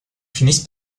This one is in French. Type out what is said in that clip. finissent